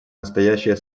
настоящая